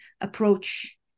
approach